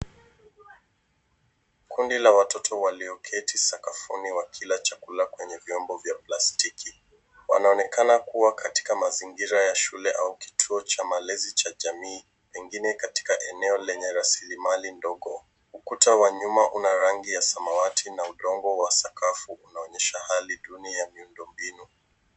Kundi la watoto walioketi sakafuni wakila chakula kwenye vyombo vya plastiki. Wanaonekana kuwa katika mazingira ya shule au kituo cha malezi cha jamii pengine katika eneo lenye rasilimali ndogo. Ukuta wa nyuma una rangi ya samawati na udongo wa sakafu unaonyesha hali duni ya miundo mbinu.